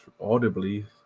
audibly